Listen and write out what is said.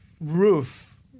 roof